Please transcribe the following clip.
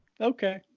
Okay